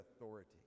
authority